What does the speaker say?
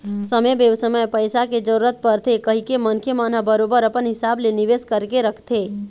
समे बेसमय पइसा के जरूरत परथे कहिके मनखे मन ह बरोबर अपन हिसाब ले निवेश करके रखथे